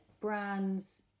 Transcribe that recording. brands